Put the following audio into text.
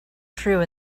true